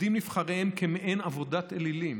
עובדים נבחריהם, במעין עבודת אלילים,